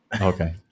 Okay